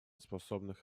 способных